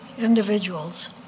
individuals